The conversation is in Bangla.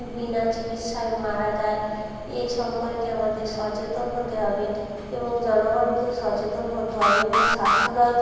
বিনা চিকিৎসায় মারা যায় এ সম্পর্কে আমাদের সচেতন হতে হবে এবং জনগণকে সচেতন হতে হবে এবং স্বাস্থ্য দপ